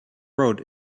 road